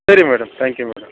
సరే madam thank you madam